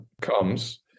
comes